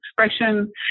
expression